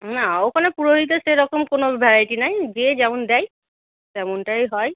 না ওখানে পুরোহিতের সেরকম কোনো ভ্যারাইটি নেই যে যেমন দেয় তেমনটাই হয়